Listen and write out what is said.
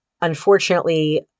unfortunately